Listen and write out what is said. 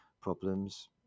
problems